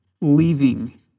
leaving